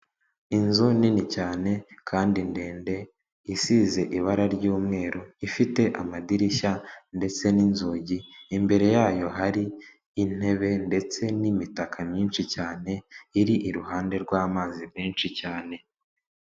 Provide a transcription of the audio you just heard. Inzu nini cyane kandi ndende, isize ibara ry'umweru, ifite amadirishya ndetse n'inzugi, imbere yayo hari intebe ndetse n'imitaka myinshi cyane, iri iruhande rw'amazi menshi cyane.